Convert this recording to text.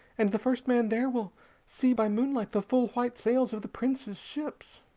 and the first man there will see by moonlight the full white sails of the prince's ships.